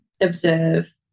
observe